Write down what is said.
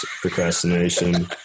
procrastination